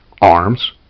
arms